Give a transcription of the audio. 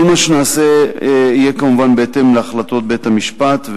כל מה שנעשֶה יהיה כמובן בהתאם להחלטות בית-המשפט,